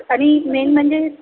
आणि मेन म्हणजे